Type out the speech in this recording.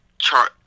chart